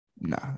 Nah